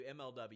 MLW